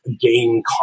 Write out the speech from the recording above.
gain